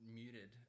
muted